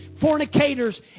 fornicators